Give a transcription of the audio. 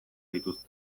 dituzte